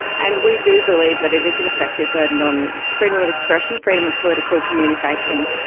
and we do believe that it is an effective burden on freedom of of expression, freedom of political communication.